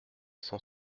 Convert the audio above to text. cent